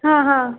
हा हा